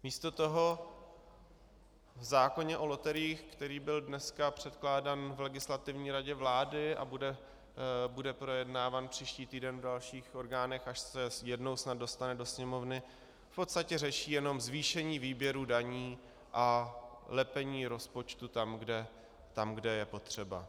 Místo toho v zákoně o loteriích, který byl dneska předkládán v Legislativní radě vlády a bude projednáván příští týden v dalších orgánech, až se jednou snad dostane do Sněmovny, v podstatě řeší jenom zvýšení výběru daní a lepení rozpočtu tam, kde je potřeba.